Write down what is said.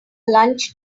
lunch